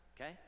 okay